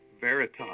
Veritas